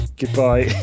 goodbye